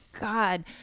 God